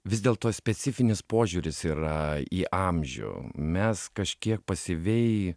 vis dėlto specifinis požiūris yra į amžių mes kažkiek pasyviai